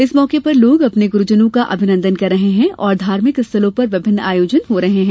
इस मौके पर लोग अपने गुरूजनों का अभिनंदन कर रहे हैं और धार्मिक स्थलों पर विभिन्न आयोजन हो रहे हैं